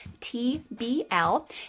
TBL